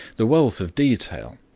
the wealth of detail,